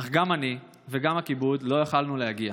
אך גם אני וגם הכיבוד לא יכולנו להגיע.